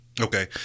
Okay